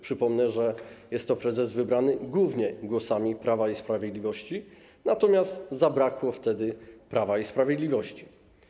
Przypomnę, że jest to prezes wybrany głównie głosami Prawa i Sprawiedliwości, natomiast zabrakło wtedy Prawa i Sprawiedliwości.